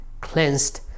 cleansed